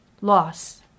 loss